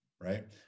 right